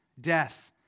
death